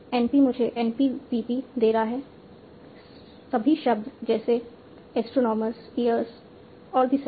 NP मुझे NP PP दे रहा है सभी शब्द जैसे एस्ट्रोनोमर्स इयर्स और भी सभी